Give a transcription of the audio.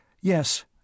Yes